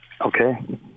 Okay